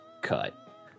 cut